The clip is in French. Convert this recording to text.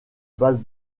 base